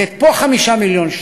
לתת פה 5 מיליון,